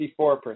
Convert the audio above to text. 54%